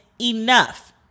enough